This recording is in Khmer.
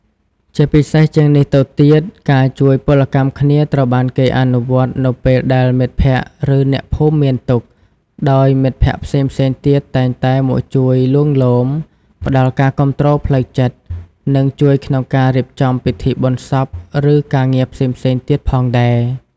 ជាពិសេសជាងនេះទៅទៀត ការជួយពលកម្មគ្នាត្រូវបានគេអនុវត្តនៅពេលដែលមិត្តភក្តិឬអ្នកភូមិមានទុក្ខ ដោយមិត្តភក្តិផ្សេងៗទៀតតែងតែមកជួយលួងលោម ផ្តល់ការគាំទ្រផ្លូវចិត្ត និងជួយក្នុងការរៀបចំពិធីបុណ្យសពឬការងារផ្សេងៗទៀតផងដែរ។